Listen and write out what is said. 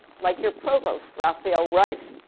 like your provost rafael reif.